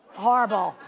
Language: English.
horrible.